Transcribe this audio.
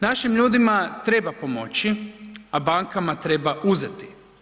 Našim ljudima treba pomoći, a bankama treba uzeti.